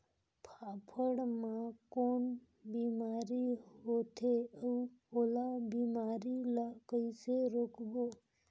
फाफण मा कौन बीमारी होथे अउ ओला बीमारी ला कइसे रोकबो?